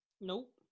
Nope